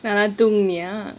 நல்ல தூங்கினியா:nalla thoonginiya